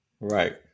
right